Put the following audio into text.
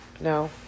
no